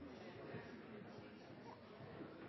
Vi ser igjen at det som